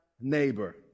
neighbor